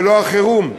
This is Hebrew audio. ולא החירום.